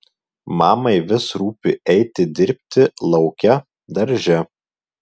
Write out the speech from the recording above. mamai vis rūpi eiti dirbti lauke darže